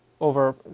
over